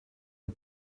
der